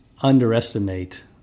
underestimate